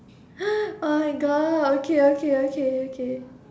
oh my god okay okay okay okay